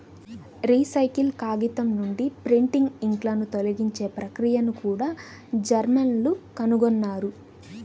recycle కాగితం నుండి printing ఇంక్లను తొలగించే ప్రక్రియను కూడా జర్మన్లు కనుగొన్నారు